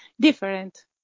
different